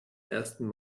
ersten